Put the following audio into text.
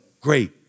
great